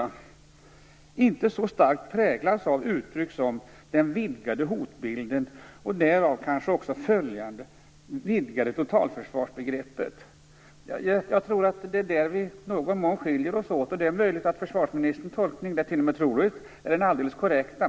Han har inte så starkt präglats av uttryck som den vidgade hotbilden och av det vidgade försvarsbegrepp som följer därav. Jag tror att det är där som vi i någon mån skiljer oss åt. Det är möjligt, ja, t.o.m. troligt, att försvarsministerns tolkning är den alldeles korrekta.